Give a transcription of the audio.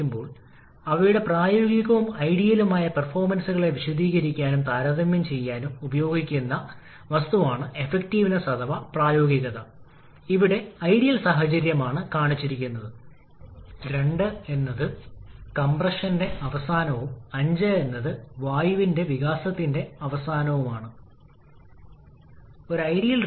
ഇപ്പോൾ നമ്മൾ turbine isentropic കാര്യക്ഷമതയുടെ നിർവചനം ഉപയോഗിച്ച് അതിനാൽ ഈ വിപുലീകരണ പ്രക്രിയയുടെ അവസാനത്തിൽ നമുക്ക് T4a യഥാർത്ഥ താപനിലയിൽ ലഭിക്കുന്നു ടി 4 എ 611